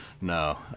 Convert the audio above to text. no